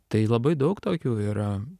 tai labai daug tokių yra